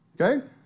Okay